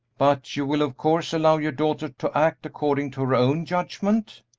but you will, of course, allow your daughter to act according to her own judgment?